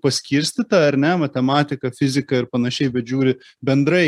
paskirstyta ar ne matematika fizika ir panašiai bet žiūri bendrai